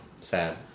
Sad